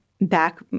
back